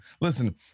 listen